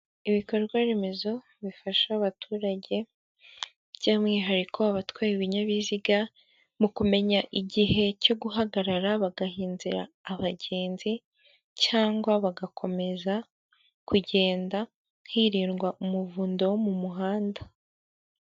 Ibikorwaremezo bifasha abaturage by'umwihariko abatwaye ibinyabiziga mu kumenya igihe cyo guhagarara bagaha inzira abagenzi cyangwa bagakomeza kugenda, hirindwa umuvundo wo mu muhanda.